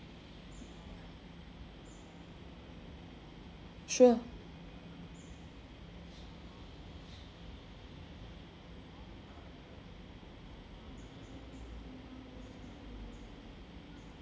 sure